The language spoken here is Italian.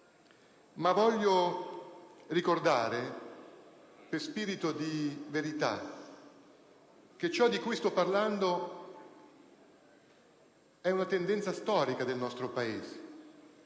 ma voglio ricordare, per spirito di verità, che ciò di cui sto parlando è una tendenza storica del nostro Paese,